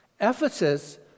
Ephesus